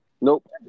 Nope